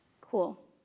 Cool